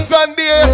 Sunday